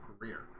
career